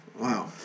Wow